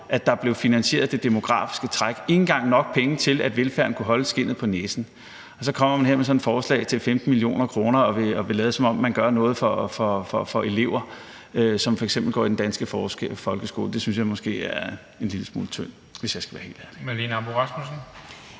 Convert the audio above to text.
træk blev finansieret – ikke engang nok penge til, at velfærden kunne holde skindet på næsen – og man så kommer her med sådan et forslag til 15 mio. kr. og vil lade, som om man gør noget for elever, som f.eks. går i den danske folkeskole, så synes jeg måske, det er en lille smule tyndt, hvis jeg skal være helt ærlig.